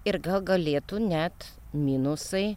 ir gal galėtų net minusai